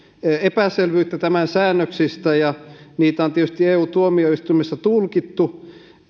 epäselvyyttä näistä säännöksistä ja niitä on tietysti eu tuomioistuimessa tulkittu